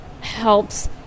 helps